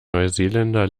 neuseeländer